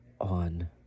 on